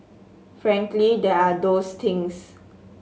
frankly there are those things